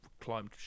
climbed